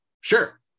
Sure